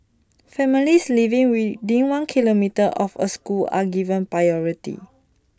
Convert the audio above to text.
families living within one kilometre of A school are given priority